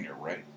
right